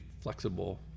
flexible